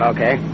Okay